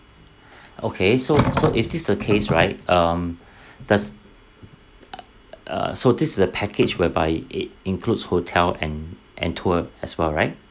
okay so so if this the case right um does uh so this is a package whereby it includes hotel and and tour as well right